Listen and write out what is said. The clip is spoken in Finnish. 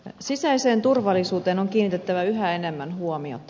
sisäiseen turvallisuuteen on kiinnitettävä yhä enemmän huomiota